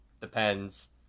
depends